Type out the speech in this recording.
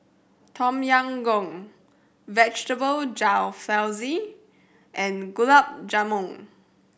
Tom Yam Goong Vegetable Jalfrezi and Gulab Jamun